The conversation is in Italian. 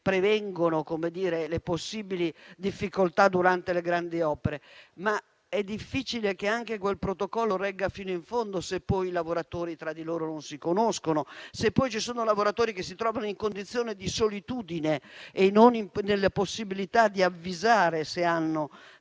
prevengono le possibili difficoltà durante le grandi opere. Tuttavia, è difficile che anche quel protocollo regga fino in fondo se poi i lavoratori tra loro non si conoscono e se ci sono lavoratori che si trovano in condizione di solitudine e nell'impossibilità di avvisare se hanno